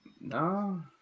No